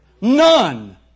None